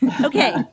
Okay